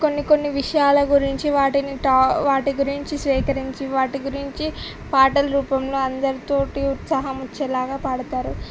కొన్ని కొన్ని విషయాల గురించి వాటిని టా వాటి గురించి సేకరించి వాటి గురించి పాటల రూపంలో అందరితో ఉత్సాహం వచ్చేలాగా పాడతారు